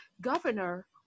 governor